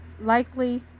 likely